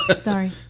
sorry